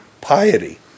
piety